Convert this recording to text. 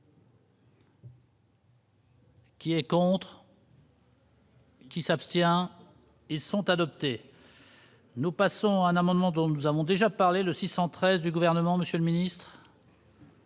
Qui est contre. Qui s'abstient ils sont adoptés. Nous passons un amendement dont nous avons déjà parlé de 613 du gouvernement Monsieur le Ministre.